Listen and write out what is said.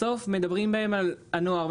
בסוף מדברים בהם על הנוער.